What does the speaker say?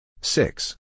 Six